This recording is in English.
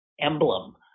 emblem